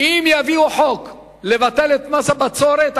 אם יביאו חוק לבטל את מס הבצורת,